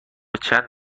چند